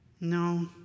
no